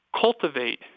cultivate